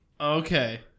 Okay